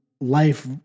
life